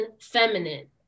feminine